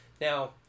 Now